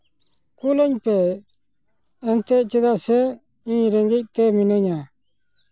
ᱠᱩᱞᱟᱹᱧ ᱯᱮ ᱮᱱᱛᱮᱜ ᱪᱮᱫᱟᱜ ᱥᱮ ᱤᱧ ᱨᱮᱸᱜᱮᱡ ᱛᱮ ᱢᱤᱱᱟᱹᱧᱟ